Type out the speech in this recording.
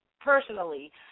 personally